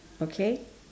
okay